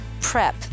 PREP